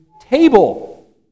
table